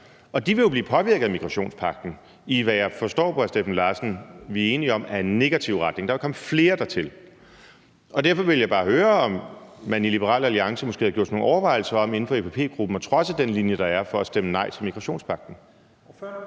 De vil jo blive påvirket af migrationspagten i, hvad jeg forstår på hr. Steffen Larsen at vi er enige om er en negativ retning. Der vil komme flere dertil. Derfor vil jeg bare høre, om man i Liberal Alliance måske havde gjort sig nogle overvejelser ominden for EPP-gruppen at trodse den linje, der er for at stemme nej til migrationspagten.